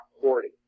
hoarding